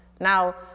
Now